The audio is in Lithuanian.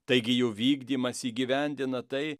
taigi jų vykdymas įgyvendina tai